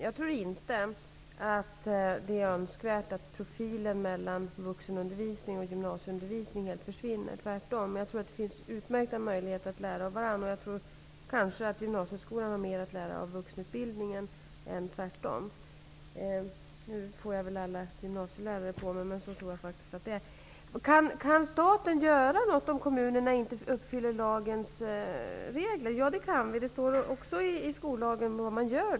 Jag tror inte att det är önskvärt att profilerna och därmed skillnaden mellan vuxenundervisning och gymnasieundervisning helt försvinner -- tvärtom. Men jag tror att det finns utmärkta möjligheter att lära av varandra, och jag tror att gymnasieskolan har mer att lära av vuxenutbildningen än tvärtom. Nu får jag väl alla gymnasielärare på mig, men så tror jag faktiskt att det är. Kan staten göra något om kommunerna inte uppfyller lagens stadganden? Ja, det kan vi. Det står i skollagen också vad man då gör.